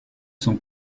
sont